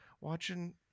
watching